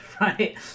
right